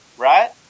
Right